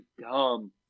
dumb